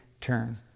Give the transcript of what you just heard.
turn